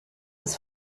ist